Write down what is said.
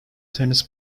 tennis